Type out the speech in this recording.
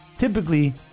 Typically